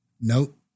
Nope